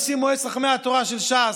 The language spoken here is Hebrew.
נשיא מועצת חכמי התורה של ש"ס,